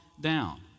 down